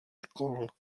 škol